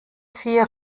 vier